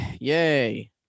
Yay